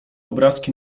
obrazki